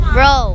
Bro